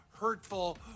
hurtful